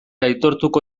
aitortuko